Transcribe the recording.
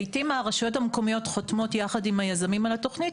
לעיתים הרשויות המקומיות חותמות יחד עם היזמים על התוכנית,